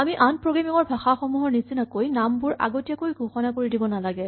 আমি আন প্ৰগ্ৰেমিং ৰ ভাষাবোৰৰ নিচিনাকৈ নামবোৰ আগতীয়াকৈ ঘোষণা কৰি দিব নালাগে